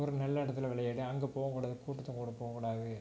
ஒரு நல்ல இடத்துல விளையாடு அங்கே போகக்கூடாது கூட்டத்துங்க கூட போகக்கூடாது